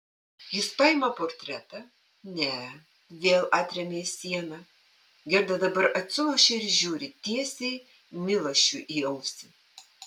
jis paima portretą ne vėl atremia į sieną gerda dabar atsilošia ir žiūri tiesiai milašiui į ausį